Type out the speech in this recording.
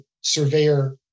surveyor